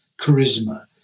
charisma